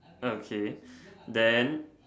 okay then